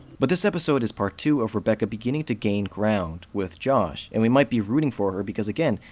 but this episode is part two of rebecca beginning to gain ground with josh, and we might be rooting for her because again,